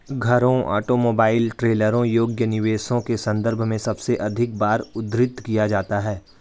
घरों, ऑटोमोबाइल, ट्रेलरों योग्य निवेशों के संदर्भ में सबसे अधिक बार उद्धृत किया जाता है